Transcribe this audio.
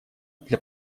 для